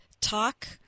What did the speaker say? talk